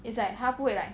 it's like 他不会 like